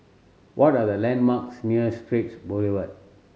what are the landmarks near Straits Boulevard